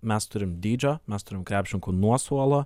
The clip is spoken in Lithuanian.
mes turim dydžio mes turim krepšininkų nuo suolo